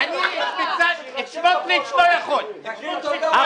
את סמוטריץ אני לא יכול להזיז.